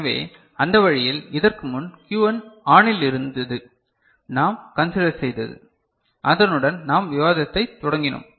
எனவே அந்த வழியில் இதற்குமுன் Q1 ஆனில் இருந்தது நாம் கன்சிடர் செய்தது அதனுடன் நாம் விவாதத்தைத் தொடங்கினோம்